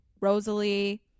rosalie